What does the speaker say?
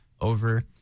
over